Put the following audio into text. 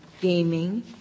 gaming